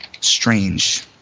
strange